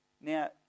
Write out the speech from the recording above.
Now